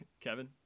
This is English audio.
Kevin